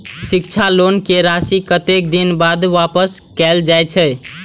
शिक्षा लोन के राशी कतेक दिन बाद वापस कायल जाय छै?